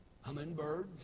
Hummingbirds